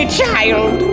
child